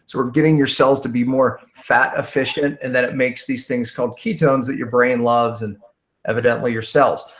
sort of getting your cells to be more fat efficient, and then it makes these things called ketones that your brain loves and evidently your cells.